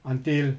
until